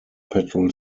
petrol